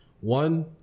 one